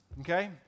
okay